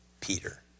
Peter